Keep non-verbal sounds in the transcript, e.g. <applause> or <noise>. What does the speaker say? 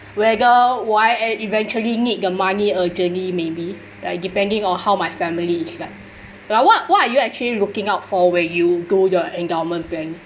<breath> whether why eh eventually need the money urgently maybe like depending on how my family is like like what what are you actually looking out for when you do your endowment plan